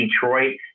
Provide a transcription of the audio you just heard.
Detroit